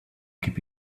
keep